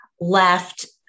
left